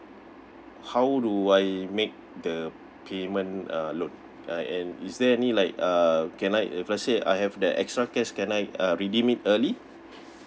how do I make the payment uh loan uh and is there any like uh can I if let's say I have the extra cash can I uh redeem it early